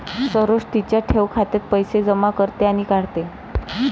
सरोज तिच्या ठेव खात्यात पैसे जमा करते आणि काढते